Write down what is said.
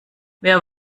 wer